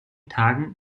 tagen